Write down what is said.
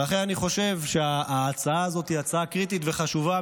ולכן אני חושב שההצעה הזאת היא הצעה קריטית וחשובה,